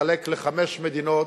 נתחלק לחמש מדינות,